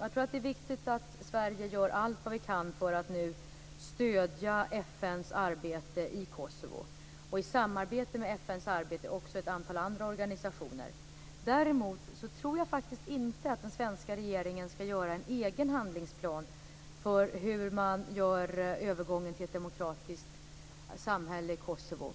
Jag tror det är viktigt att vi i Sverige gör allt vad vi kan för att nu stödja FN:s arbete i Kosovo och i samarbete med FN också arbete i ett antal andra organisationer. Däremot tror jag faktiskt inte att den svenska regeringen ska göra en egen handlingsplan för övergången till ett demokratiskt samhälle i Kosovo.